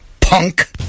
Punk